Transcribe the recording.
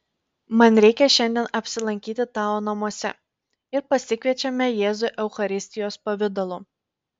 man reikia šiandien apsilankyti tavo namuose ir pasikviečiame jėzų eucharistijos pavidalu